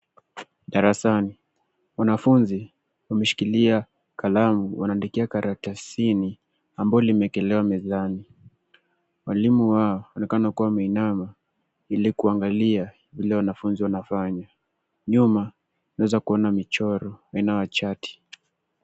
Darasani, wanafunzi wameshikilia kalamu wanaandikia karatasini ambao limewekelewa mezani. Mwalimu wao anaonekana kuwa ameinama ili kuangalia ile wanafunzi wanafanya. Nyuma tunaweza kuona michoro aina ya chati.